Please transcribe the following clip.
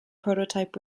prototype